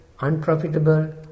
unprofitable